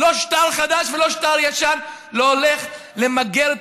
לא שטר חדש ולא שטר ישן לא הולך למגר את